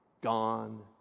gone